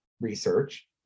research